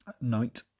night